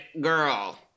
girl